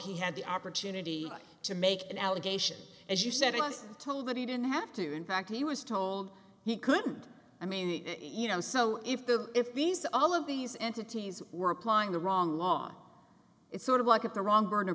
he had the opportunity to make an allegation as you said he was told that he didn't have to in fact he was told he couldn't i mean you know so if the if these all of these entities were applying the wrong law it's sort of like it the wrong bur